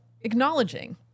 acknowledging